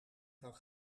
kan